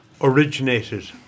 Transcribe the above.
originated